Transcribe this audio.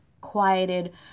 quieted